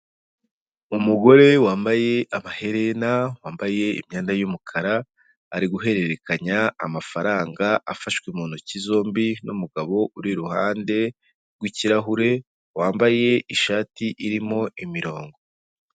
Umugore wambaye amaherena, wambaye imyenda y'umukara, ari guhererekanya amafaranga afashwe mu ntoki zombi n'umugabo uri iruhande rw'ikirahure, wambaye ishati irimo imirongo.